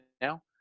now